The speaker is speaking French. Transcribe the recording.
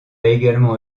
également